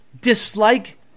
dislike